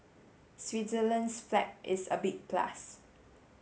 Switzerland's flag is a big plus